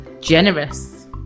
Generous